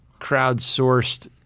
crowdsourced